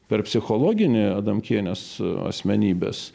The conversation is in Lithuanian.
per psichologinį adamkienės asmenybės